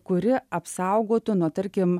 kuri apsaugotų nuo tarkim